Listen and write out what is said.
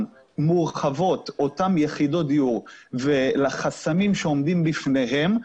מורחבות אותן יחידות דיור ולחסמים שעומדים בפניהן,